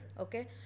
Okay